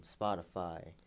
Spotify